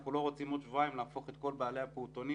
אנחנו לא רוצים עוד שבועיים להפוך את כל בעלי הפעוטונים